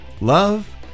love